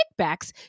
kickbacks